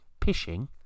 pishing